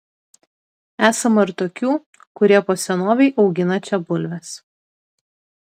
esama ir tokių kurie po senovei augina čia bulves